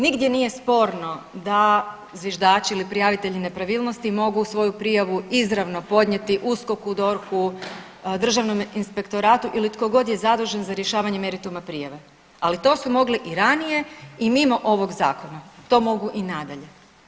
Nigdje nije sporno da zviždači ili prijavitelji nepravilnosti mogu svoju prijavu izravno podnijeti USKOK-u, DORH-u, državnome inspektoratu ili tko god je zadužen za rješavanje merituma prijave, ali to su mogli i ranije i mimo ovog zakona, to mogu i nadalje.